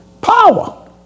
Power